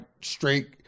straight